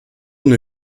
nur